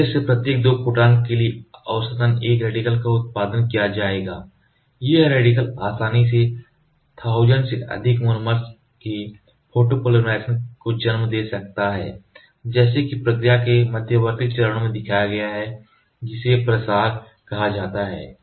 laser से प्रत्येक 2 photon के लिए औसतन एक रेडिकल का उत्पादन किया जाएगा वह रेडिकल आसानी से 1000 से अधिक मोनोमर्स के फोटोपॉलीमराइज़ेशन को जन्म दे सकता है जैसा कि प्रक्रिया के मध्यवर्ती चरणों में दिखाया गया है जिसे प्रसार कहा जाता है